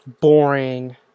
boring